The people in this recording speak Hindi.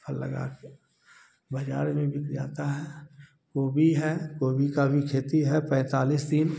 फल लगा के बाजार में बिक जाता है गोभी है गोभी का भी खेती है पैंतालीस दिन